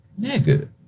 nigga